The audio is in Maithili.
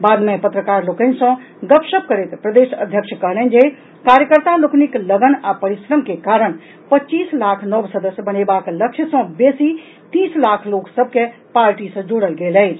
बाद मे पत्रकार लोकनि सॅ गपशप करैत प्रदेश अध्यक्ष कहलनि जे कार्यकर्ता लोकनिक लगन आ परिश्रम के कारण पच्चीस लाख नव सदस्य बनेबाक लक्ष्य सॅ बेसी तीस लाख लोक सभ के पार्टी सॅ जोड़ल गेल अछि